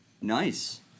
Nice